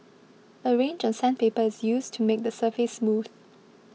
a range of sandpaper is used to make the surface smooth